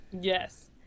Yes